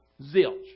Zilch